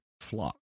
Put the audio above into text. flock